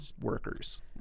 workers